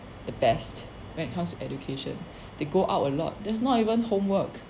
the best when it comes to education they go out a lot there's not even homework